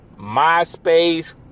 MySpace